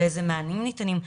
ואיזה מענים ניתנים.